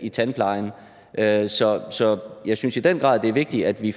i tandplejen. Så jeg synes i den grad, det er vigtigt, at vi